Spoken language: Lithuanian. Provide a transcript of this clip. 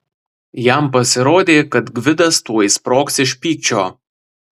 jam pasirodė kad gvidas tuoj sprogs iš pykčio